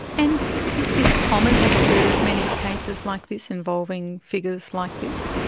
and is this common, have you heard of many cases like this involving figures like this?